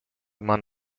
man